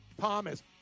thomas